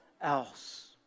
else